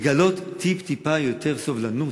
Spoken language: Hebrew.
לגלות טיפ-טיפה יותר סובלנות,